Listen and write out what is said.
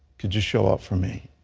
could you show up for me?